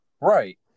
right